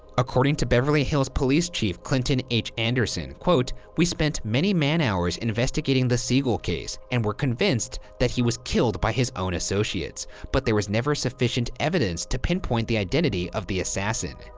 according to beverly hills police chief clinton h. anderson, quote, we spent many man hours investigating the siegel case and were convinced that he was killed by his own associates but there was never sufficient evidence to pinpoint the identity of the assassin,